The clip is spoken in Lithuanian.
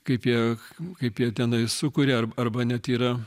kaip jie kaip jie tenai sukuria arb arba net yra